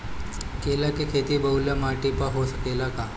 केला के खेती बलुआ माटी पर हो सकेला का?